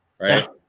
right